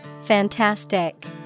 Fantastic